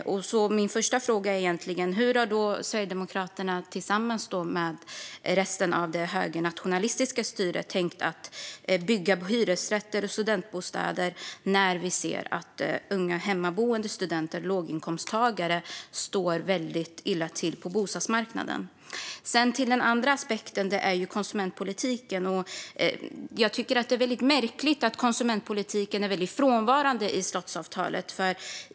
Min första fråga är: Hur har Sverigedemokraterna tillsammans med resten av det högernationalistiska styret tänkt att bygga hyresrätter och studentbostäder när vi ser att unga hemmaboende, studenter och låginkomsttagare står väldigt illa till på bostadsmarknaden? Det andra området som jag vill ta upp är konsumentpolitiken. Jag tycker att det är väldigt märkligt att konsumentpolitiken är väldigt frånvarande i slottsavtalet.